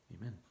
amen